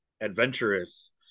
adventurous